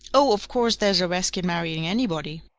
oh, of course there's a resk in marrying anybody,